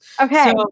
Okay